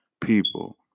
people